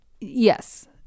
Yes